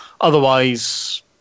Otherwise